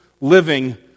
living